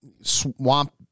swamp